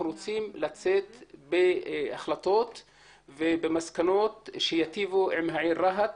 רוצים לצאת בהחלטות ובמסקנות שייטיבו עם העיר רהט,